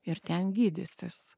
ir ten gydysis